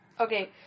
Okay